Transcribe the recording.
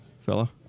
fella